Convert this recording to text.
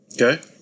Okay